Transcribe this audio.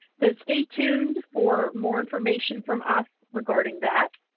so stay tuned for more information from us regarding that.